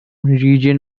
region